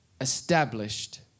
established